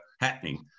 happening